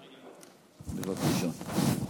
בבקשה.